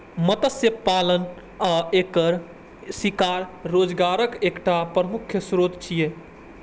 मत्स्य पालन आ एकर शिकार रोजगारक एकटा प्रमुख स्रोत छियै